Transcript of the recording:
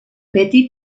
beti